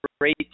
great